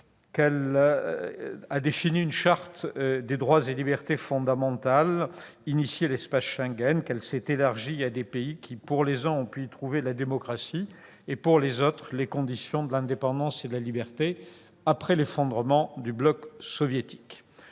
unique, défini une charte des droits fondamentaux, développé l'espace Schengen, qu'elle s'est ouverte à des pays qui, pour les uns, ont pu y trouver la démocratie et, pour les autres, les conditions de l'indépendance et de la liberté, après l'effondrement du bloc soviétique.